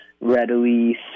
readily